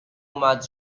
اومد